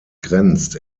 grenzt